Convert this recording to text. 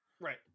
right